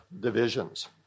divisions